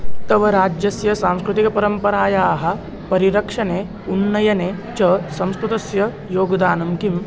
तव राज्यस्य सांस्कृतिकपरम्परायाः परिरक्षणे उन्नयने च संस्कृतस्य योगदानं किम्